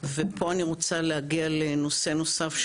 ופה אני רוצה להגיע לנושא נוסף.